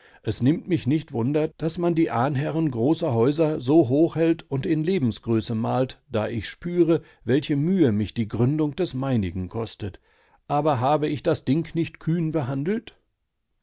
es nimmt mich nicht wunder daß man die ahnherren großer häuser so hoch hält und in lebensgröße malt da ich spüre welche mühe mich die gründung des meinigen kostet aber habe ich das ding nicht kühn behandelt